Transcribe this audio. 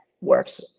works